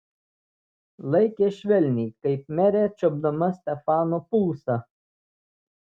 laikė švelniai kaip merė čiuopdama stefano pulsą